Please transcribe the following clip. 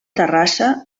terrassa